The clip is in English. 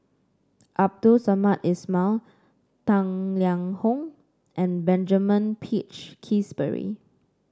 Abdul Samad Ismail Tang Liang Hong and Benjamin Peach Keasberry